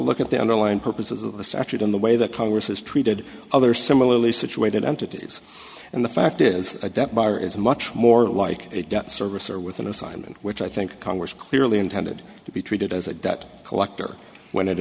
look at the underlying purposes of the statute in the way that congress has treated other similarly situated entities and the fact is a death bar is much more like a debt service or with an assignment which i think congress clearly intended to be treated as a debt collector when